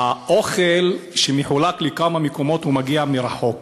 האוכל שמחולק לכמה מקומות מגיע מרחוק,